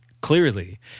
clearly